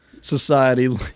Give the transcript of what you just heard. society